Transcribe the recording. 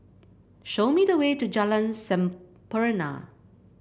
show me the way to Jalan Sampurna